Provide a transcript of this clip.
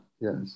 Yes